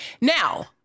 Now